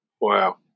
Wow